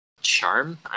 charm